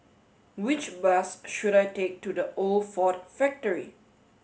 which bus should I take to The Old Ford Factory